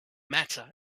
matter